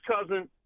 cousin